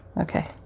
Okay